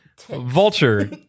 Vulture